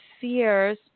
fears